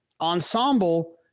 ensemble